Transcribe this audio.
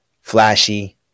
Flashy